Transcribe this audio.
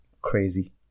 crazy